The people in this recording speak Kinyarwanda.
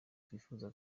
twifuza